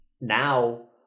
now